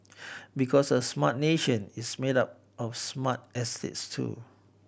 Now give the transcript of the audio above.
because a smart nation is made up of smart estates too